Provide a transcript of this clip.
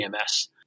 EMS